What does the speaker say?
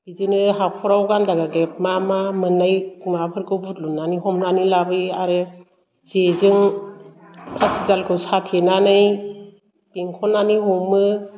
बिदिनो हाखराव गान्दागागेब मा मा मोन्नाय नाफोरखौ बुरलुदनानै हमनानै लाबोयो आरो जेजों फासिजालखौ साथेनानै बेंखन्नानै हमो